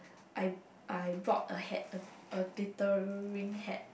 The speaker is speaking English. I I brought a hat a a glittering hat